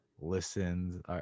Listens